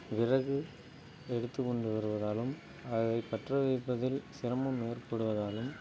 விறகு எடுத்துக் கொண்டு வருவதாலும் அதைப் பற்ற வைப்பதில் சிரமம் ஏற்படுவதாலும்